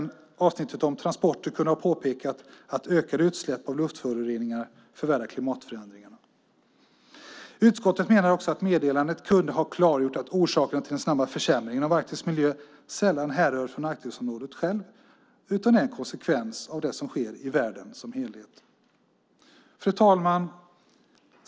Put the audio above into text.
I avsnittet om transporter kunde man även ha påpekat att ökade utsläpp av luftföroreningar förvärrar klimatförändringarna. Utskottet menar också att meddelandet kunde ha klargjort att den snabba försämringen av Arktis miljö sällan härrör från Arktisområdet självt utan är en konsekvens av det som sker i världen som helhet. Fru talman!